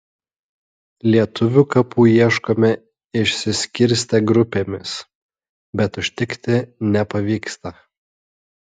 lietuvių kapų ieškome išsiskirstę grupėmis bet užtikti nepavyksta